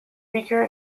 weaker